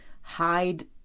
hide